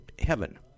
Heaven